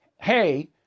hey